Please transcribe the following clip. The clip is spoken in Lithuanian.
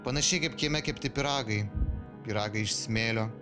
panašiai kaip kieme kepti pyragai pyragai iš smėlio